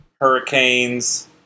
hurricanes